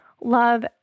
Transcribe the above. love